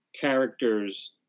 characters